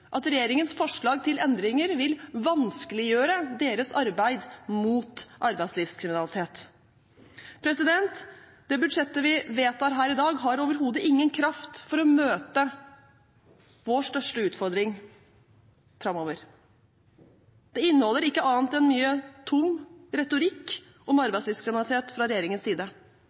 at regjeringens forslag til endringer vil vanskeliggjøre deres arbeid mot arbeidslivskriminalitet. Det budsjettet vi vedtar her i dag, har overhodet ingen kraft til å møte vår største utfordring framover. Det inneholder ikke annet enn mye tung retorikk om arbeidslivskriminalitet fra regjeringens side,